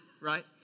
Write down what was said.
right